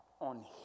on